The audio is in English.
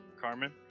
Carmen